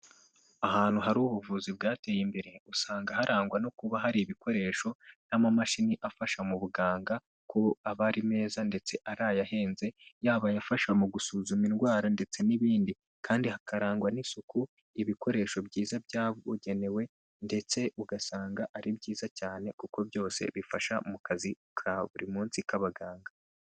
Ahantu hari ubuvuzi bwateye imbere, usanga harangwa no kuba hari ibikoresho n'amamashini afasha mu buganga, ko aba ari meza ndetse ari aya ahenze ,yaba ayafasha mu gusuzuma indwara ndetse n'ibindi, kandi hakarangwa n'isuku, ibikoresho byiza byabugenewe, ndetse ugasanga ari byiza cyane kuko byose bifasha mu kazi ka buri munsi k'abaganga.